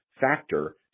factor